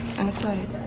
and it's loaded.